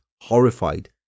horrified